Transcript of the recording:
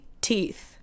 teeth